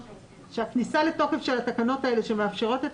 שהכניסה לתוקף של התקנות האלה שמאפשרות את